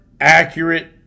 accurate